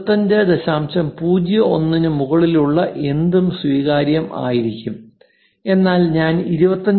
01 ന് മുകളിലുള്ള എന്തും സ്വീകാര്യം ആയിരിക്കും എന്നാൽ ഞാൻ 25